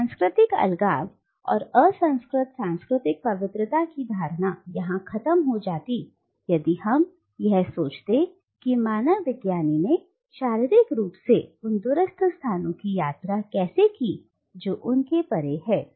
तो सांस्कृतिक अलगाव और असंस्कृत सांस्कृतिक पवित्रता की धारणा यहां खत्म हो जाती यदि हम यह सोचते कि मानव विज्ञानी ने शारीरिक रूप से उन दूरस्थ स्थानों की यात्रा कैसे की जो उनके पैर हैं